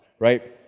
right.